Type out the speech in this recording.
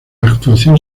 actuación